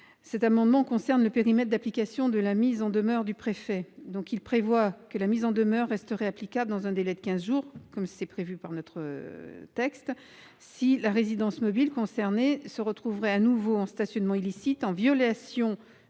Cet amendement concerne le périmètre d'application de la mise en demeure du préfet : la mise en demeure resterait applicable dans un délai de quinze jours, comme le prévoit la proposition de loi, si la résidence mobile concernée se retrouvait de nouveau en stationnement illicite, en violation du même